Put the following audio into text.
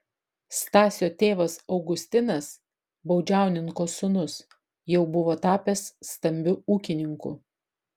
stasio tėvas augustinas baudžiauninko sūnus jau buvo tapęs stambiu ūkininku